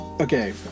Okay